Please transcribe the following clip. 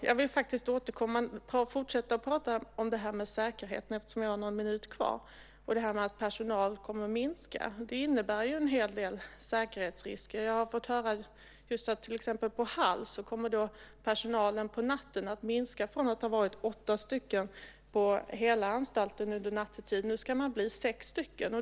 Jag vill fortsätta att prata om säkerheten och att personalen kommer att minska, eftersom jag har någon minut kvar. Det innebär en hel del säkerhetsrisker. Jag har fått höra att till exempel personalen på Hall nattetid kommer att minska från åtta till sex personer på hela anstalten.